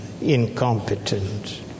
incompetent